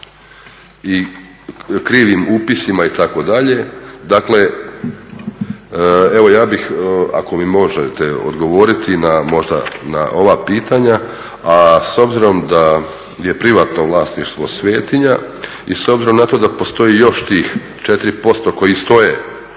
i krivim upisima itd. dakle evo ja bih ako mi možete odgovoriti na ova pitanja. A s obzirom da je privatno vlasništvo svetinja i s obzirom na to da postoji još tih 4% koji stoje,